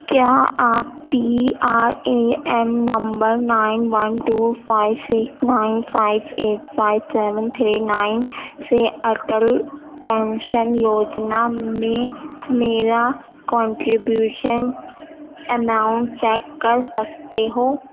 کیا آپ P R A N number nine one two five six one five eight five seven three nine سے Atal pension Yojana میں میرا contribution amount check کر سکتے ہو